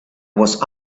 was